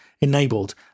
enabled